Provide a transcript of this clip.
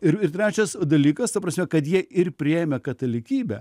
ir ir trečias dalykas ta prasme kad jie ir priėmė katalikybę